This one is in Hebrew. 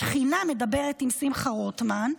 השכינה מדברת עם שמחה רוטמן.